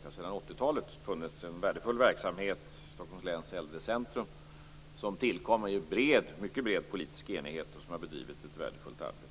det sedan 80-talet funnits en värdefull verksamhet, Stockholms läns äldrecentrum, som tillkom i mycket bred politisk enighet och som har bedrivit ett värdefullt arbete.